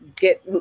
get